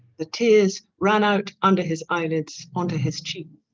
the tears ran out under his eyelids onto his cheek